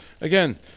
Again